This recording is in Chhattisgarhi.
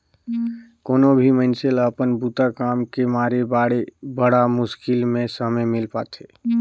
कोनो भी मइनसे ल अपन बूता काम के मारे बड़ा मुस्कुल में समे मिल पाथें